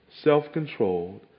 self-controlled